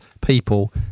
people